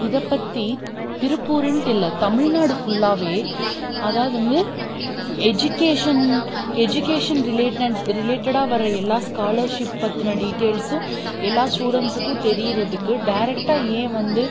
இதை பற்றி திருப்பூருன்னுட்டு இல்லை தமிழ்நாடு ஃபுல்லாகவே அதாவது வந்து எஜிகேஷன் எஜிகேஷன் ரிலேட்டன்ட் ரிலேட்டடாக வர எல்லா ஸ்காலர்ஷிப் பற்றின டீடைல்ஸும் எல்லா ஸ்டுடெண்ட்ஸுக்கும் தெரியறதுக்கு டேரக்டாக ஏன் வந்து